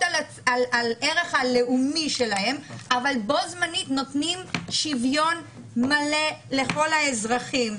על הערך הלאומי שלהן אבל בו זמנית נותנים שוויון מלא לכל האזרחים.